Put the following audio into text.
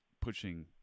pushing